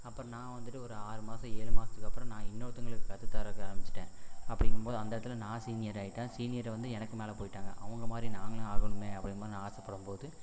அப்புறம் நான் வந்துவிட்டு ஒரு ஆறு மாதம் ஏழு மாதத்துக்கப்பறம் நான் இன்னொருத்தங்களுக்கு கற்றுத் தர்றதுக்கு ஆரம்பிச்சுட்டேன் அப்படிங்கும்போது அந்த இடத்துல நான் சீனியராகிட்டேன் சீனியர் வந்து எனக்கு மேலே போய்ட்டாங்க அவங்க மாதிரி நாங்களும் ஆகணுமே அப்படின்ற மாதிரி நான் ஆசைப்படும்போது